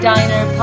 Diner